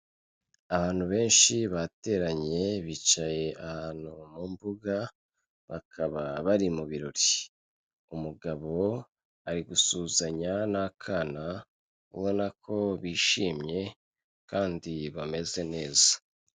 Abantu benshi bateranye, bicaye ahantu mu mbuga, bakaba bari mu birori. Umugabo ari gusuhuzanya n'akana ubona ko bishimye kandi bameze neza.